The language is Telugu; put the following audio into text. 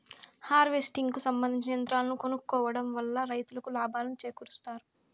హార్వెస్టింగ్ కు సంబందించిన యంత్రాలను కొనుక్కోవడం వల్ల రైతులకు లాభాలను చేకూరుస్తాయి